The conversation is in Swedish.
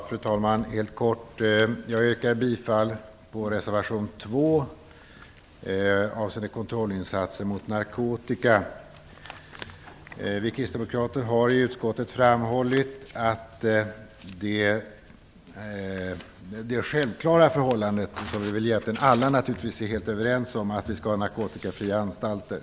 Fru talman! Jag yrkar bifall till reservation 2 avseende kontrollinsatser mot narkotika. Vi kristdemokrater har i utskottet framhållit det självklara förhållande som vi väl alla är helt överens om: Vi skall ha narkotikafria anstalter.